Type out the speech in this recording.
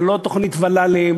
ללא תוכנית ול"לים,